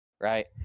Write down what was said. right